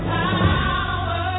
power